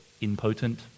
impotent